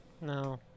No